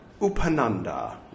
Upananda